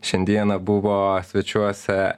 šiandieną buvo svečiuose